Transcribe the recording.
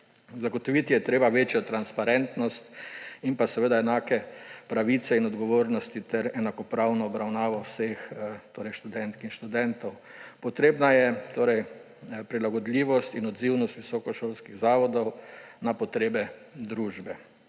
Zagotoviti je treba večjo transparentnost in enake pravice in odgovornosti ter enakopravno obravnavo vseh študentk in študentov. Potrebna je prilagodljivost in odzivnost visokošolskih zavodov na potrebe družbe.